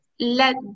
Let